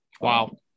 Wow